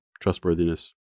Trustworthiness